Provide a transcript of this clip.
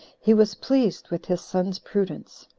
he was pleased with his son's prudence.